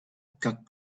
cock